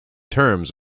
terms